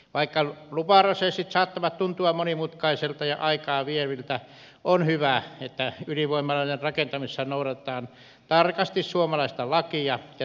vaikka lupaprosessit saattavat tuntua monimutkaisilta ja aikaa vieviltä on hyvä että ydinvoimaloiden rakentamisessa noudatetaan tarkasti suomalaista lakia ja turvallisuusmääräyksiä